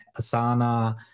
Asana